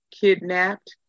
Kidnapped